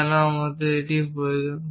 কেন আমাদের এটি প্রয়োজন